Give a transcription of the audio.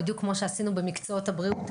בדיוק כמו שעשינו במקצועות הבריאות,